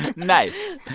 nice.